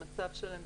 המצב שלהם,